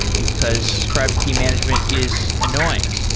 because private key management is annoying.